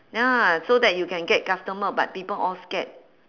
ya so that you can get customer but people all scared